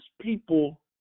people